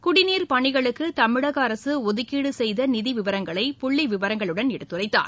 குடிநீர் பணிகளுக்கு தமிழக அரசு ஒதுக்கீடு செய்த நிதி விவரங்களை புள்ளி விவரங்களுடன் எடுத்துரைத்தார்